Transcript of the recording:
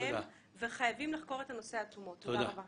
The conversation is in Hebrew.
מאחוריהם וחייבים לחקור את הנושא עד תומו.